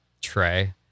Trey